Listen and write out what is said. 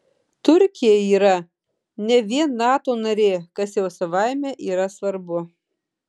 turkija yra ne vien nato narė kas jau savaime yra svarbu